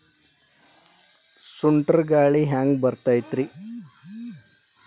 ಸುಂಟರ್ ಗಾಳಿ ಹ್ಯಾಂಗ್ ಬರ್ತೈತ್ರಿ?